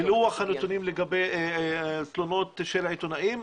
פילוח הנתונים לגבי תלונות של העיתונאים,